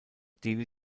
delhi